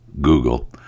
Google